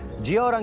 jia